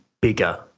bigger